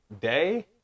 day